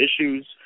issues